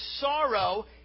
sorrow